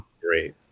Great